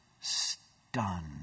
stunned